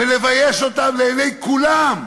לבייש אותה לעיני כולם.